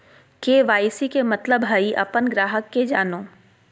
KYC के मतलब हइ अपन ग्राहक के जानो